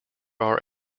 are